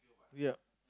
ya